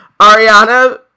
ariana